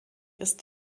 ist